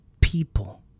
people